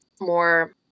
more